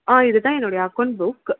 ஆ இது தான் என்னுடைய அக்கௌண்ட் புக்